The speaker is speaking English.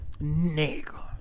Nigga